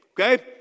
okay